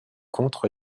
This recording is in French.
contre